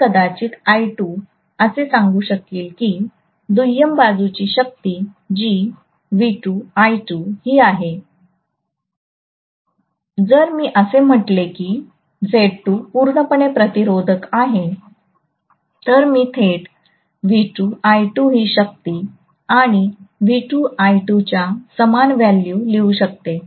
हे कदाचित I2 असे सांगू शकेल की दुय्यम बाजूची शक्ती जी V2I2 ही आहे जर मी असे म्हटले की Z2 पूर्णपणे प्रतिरोधक आहे तर मी थेट V2I2ही शक्ती आणि V2I2 च्या समान व्हॅल्यू लिहू शकतो